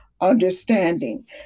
understanding